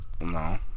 No